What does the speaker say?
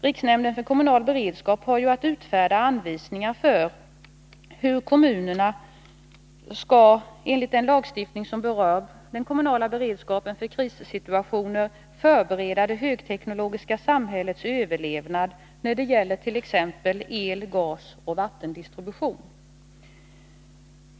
Riksnämnden för kommunal beredskap har att utfärda anvisningar för hur kommunerna enligt den lagstiftning som rör den kommunala beredskapen för krissituationer skall förbereda det högteknologiska samhällets överlevnad när det gäller t.ex. el-, gasoch vattendistribution.